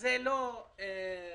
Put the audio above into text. זה לא נכון,